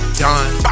done